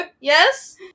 Yes